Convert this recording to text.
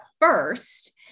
first